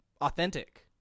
authentic